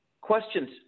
Questions